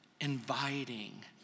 inviting